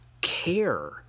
care